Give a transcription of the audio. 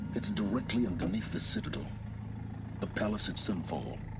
it's directly underneath the citadel the palace at sunfall